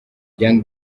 young